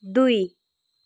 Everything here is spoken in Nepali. दुई